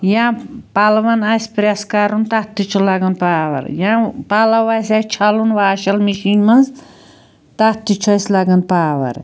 یا پَلوَن آسہِ پرٛیٚس کَرُن تتھ تہِ چھُ لگان پاوَر یا پَلوٚو آسہِ اسہِ چھَلُن واشَل مشیٖن مَنٛز تتھ تہِ چھُ اسہِ لگان پاوَر